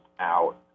out